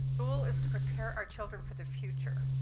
school is to prepare our children for the future,